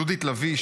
יהודית לביא,